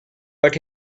but